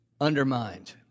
Undermined